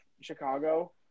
Chicago